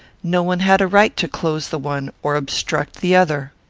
no one had a right to close the one or obstruct the other.